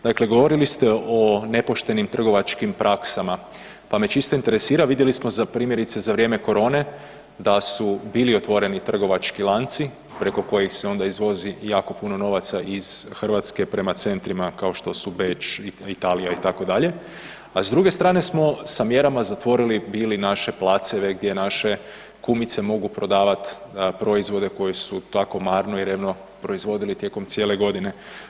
Dakle govorili ste o nepoštenim trgovačkim praksama, pa me čisto interesira vidjeli smo za primjerice za vrijeme korone da su bili otvoreni trgovački lanci preko kojih se onda izvozi jako puno novaca iz Hrvatske prema centrima kao što su Beč, Italija itd., a s druge strane smo sa mjerama zatvorili bili naše placeve gdje naše kumice mogu prodavati proizvode koje su tako marno i revno proizvodile tijekom cijele godine.